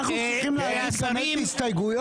אנחנו צריכים להציג חמש הסתייגויות?